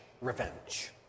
revenge